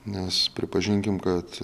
nes pripažinkim kad